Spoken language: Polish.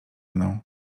mną